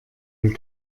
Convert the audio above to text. den